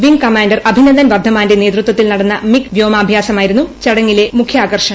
wing commander Abhinandan വർദ്ധമാന്റെ നേതൃത്വത്തിൽ നടന്ന മിഗ് വ്യോമാഭ്യാസമായിരുന്നു ചടങ്ങിലെ മുഖ്യാകർഷണം